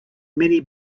many